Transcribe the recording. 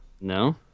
No